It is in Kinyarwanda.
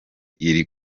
iri